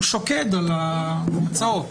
הוא שוקד על ההצעות.